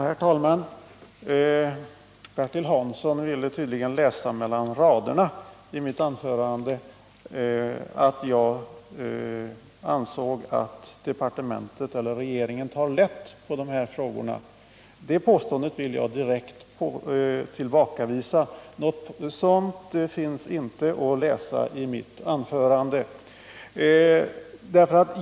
Herr talman! Bertil Hansson ville tydligen så att säga läsa mellan raderna i mitt anförande att jag ansåg att departementet eller regeringen tar lätt på de här frågorna. Det vill jag bestämt tillbakavisa — det fanns ingenting i mitt anförande som kunde tyda på att jag har den uppfattningen.